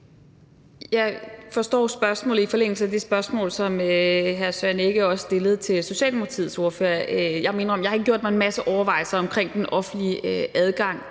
Jeg forstår spørgsmålet i forlængelse af det spørgsmål, som hr. Søren Egge Rasmussen stillede til Socialdemokratiets ordfører. Jeg må indrømme, at jeg ikke har gjort mig en masse overvejelser omkring den offentlige adgang